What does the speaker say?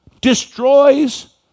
destroys